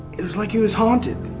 it was like he was haunted.